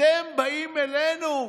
אתם באים אלינו,